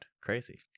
Crazy